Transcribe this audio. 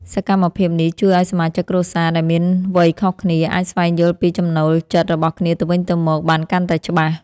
សកម្មភាពនេះជួយឱ្យសមាជិកគ្រួសារដែលមានវ័យខុសគ្នាអាចស្វែងយល់ពីចំណូលចិត្តរបស់គ្នាទៅវិញទៅមកបានកាន់តែច្បាស់។